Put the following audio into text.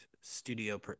studio